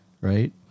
Right